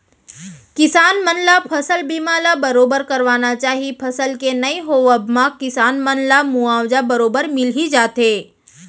किसान मन ल फसल बीमा ल बरोबर करवाना चाही फसल के नइ होवब म किसान मन ला मुवाजा बरोबर मिल ही जाथे